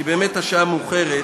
כי באמת השעה מאוחרת,